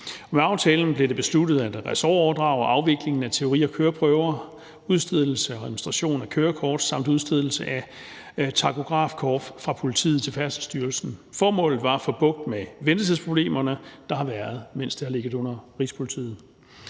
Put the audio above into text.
Med aftalen blev det besluttet at ressortoverdrage afviklingen af teori- og køreprøver, udstedelse og administration af kørekort samt udstedelse af takografkort fra politiet til Færdselsstyrelsen. Formålet var at få bugt med ventetidsproblemerne, der har været, mens det har ligget under Rigspolitiet.